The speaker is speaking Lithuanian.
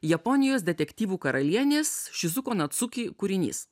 japonijos detektyvų karalienės šizuko nacuki kūrinys